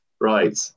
Right